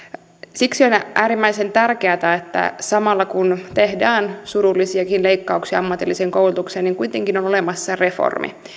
siksi on äärimmäisen tärkeätä että samalla kun tehdään surullisiakin leikkauksia ammatilliseen koulutukseen kuitenkin on olemassa reformi